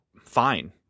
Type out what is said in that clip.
fine